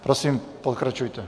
Prosím, pokračujte.